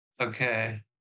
Okay